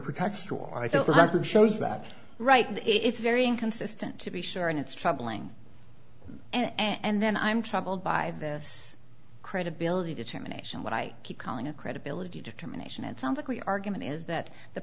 pretext or i think the record shows that right now it's very inconsistent to be sure and it's troubling and then i'm troubled by this credibility determination what i keep calling a credibility determination it sounds like we argument is that the